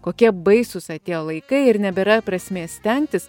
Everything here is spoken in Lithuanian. kokie baisūs atėjo laikai ir nebėra prasmės stengtis